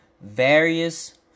various